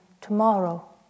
tomorrow